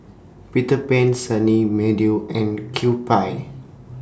Peter Pan Sunny Meadow and Kewpie